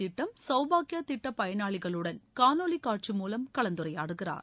திட்டம் சவ்பாக்யா திட்ட பயனாளிகளுடன் காணொலி காட்சி மூலம் கலந்துரையாடுகிறார்